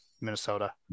Minnesota